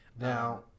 Now